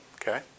Okay